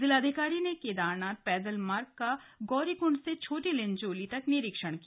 जिलाधिकारी ने केदारनाथ पैदल मार्ग का गौरीकृण्ड से छोटी लिनचोली तक निरीक्षण किया